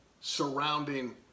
surrounding